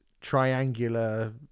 triangular